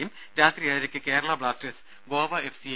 സിയെയും രാത്രി ഏഴരയ്ക്ക് Kerala Blasters Goa F